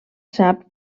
sap